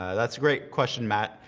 that's a great question, matt,